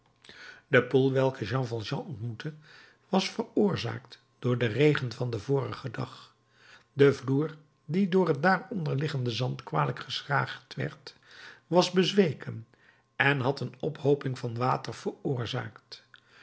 de poel welke jean valjean ontmoette was veroorzaakt door den regen van den vorigen dag de vloer die door het daaronder liggende zand kwalijk geschraagd werd was bezweken en had een ophooping van water veroorzaakt